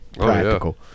practical